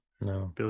No